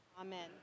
Amen